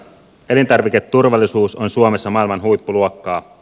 elintarviketurvallisuus on suomessa maailman huippuluokkaa